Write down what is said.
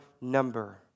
number